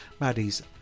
Maddie's